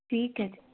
ਠੀਕ ਹੈ ਜੀ